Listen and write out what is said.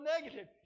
negative